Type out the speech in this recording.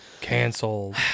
canceled